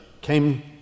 came